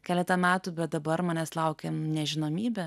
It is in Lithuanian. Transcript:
keletą metų bet dabar manęs laukia nežinomybė